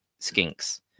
Skinks